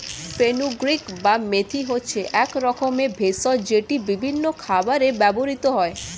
fenugreek বা মেথি হচ্ছে এক রকমের ভেষজ যেটি বিভিন্ন খাবারে ব্যবহৃত হয়